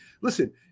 listen